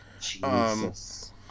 Jesus